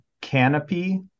Canopy